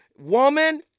Woman